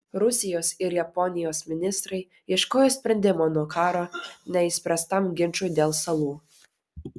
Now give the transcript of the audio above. rusijos ir japonijos ministrai ieškojo sprendimo nuo karo neišspręstam ginčui dėl salų